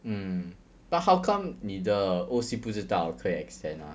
mm but how come 你的 O_C 不知道可以 extend ah